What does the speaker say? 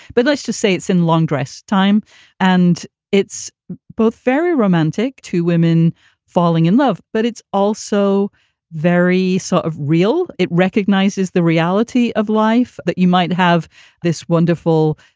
but let's just say it's in long dress time and it's both very romantic. two women falling in love. but it's also very sort of real. it recognizes the reality of life that you might have this wonderful,